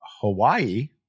hawaii